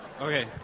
Okay